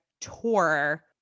tour